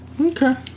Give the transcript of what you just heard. Okay